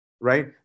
Right